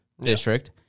district